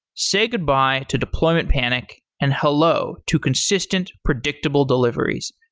say goodbye to deployment panic and hello to consistent, predictable deliveries.